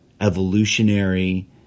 evolutionary